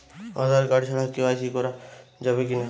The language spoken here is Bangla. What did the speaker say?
আঁধার কার্ড ছাড়া কে.ওয়াই.সি করা যাবে কি না?